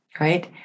right